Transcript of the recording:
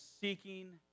seeking